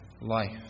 life